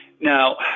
Now